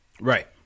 Right